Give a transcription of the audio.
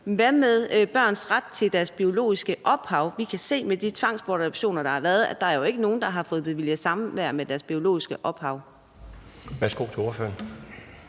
Hvad med børns ret til deres biologiske ophav? Vi kan se med de tvangsbortadoptioner, der har været, at der jo ikke er nogen, der har fået bevilget samvær med deres biologiske ophav.